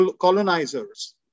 colonizers